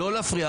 לא להפריע.